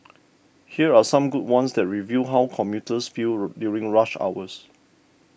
here are some good ones that reveal how commuters feel during rush hour